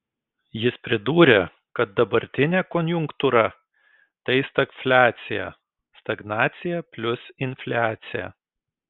jis pridūrė kad dabartinė konjunktūra tai stagfliacija stagnacija plius infliacija